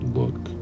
look